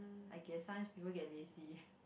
I guess sometimes people get lazy